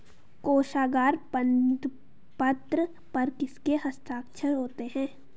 कोशागार बंदपत्र पर किसके हस्ताक्षर होते हैं?